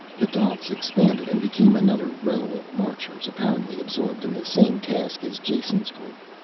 the dots expanded and became another row of marchers, apparently absorbed in the same task as jason's group.